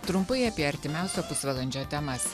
trumpai apie artimiausio pusvalandžio temas